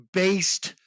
based